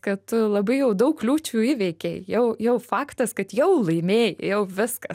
kad tu labai jau daug kliūčių įveikei jau jau faktas kad jau laimėjai jau viskas